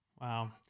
Wow